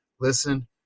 listen